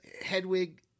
Hedwig